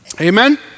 Amen